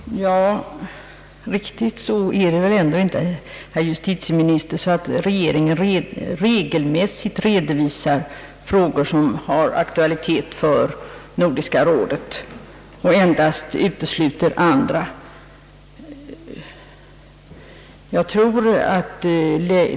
Herr talman! I verkligheten är det väl ändå inte så att regeringen regelmässigt redovisar frågor som har aktualitet för Nordiska rådet och endast utesluter andra.